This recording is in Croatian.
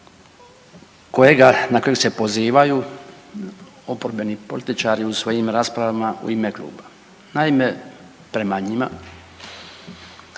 na kojeg se pozivaju oporbeni političari u svojim raspravama u ime kluba. Naime, prema njima,